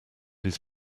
his